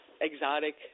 exotic